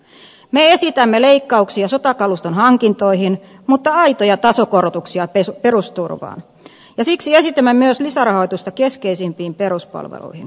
me esitämme leikkauksia sotakaluston hankintoihin mutta aitoja tasokorotuksia perusturvaan ja siksi esitämme myös lisärahoitusta keskeisimpiin peruspalveluihin